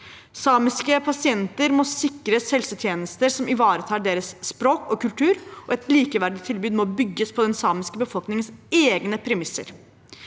Samiske pasienter må sikres helsetjenester som ivaretar deres språk og kultur, og et likeverdig tilbud må bygges på den samiske befolkningens egne premisser.